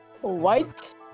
White